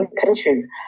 countries